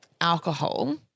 alcohol